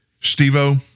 Steve-O